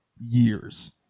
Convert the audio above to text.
years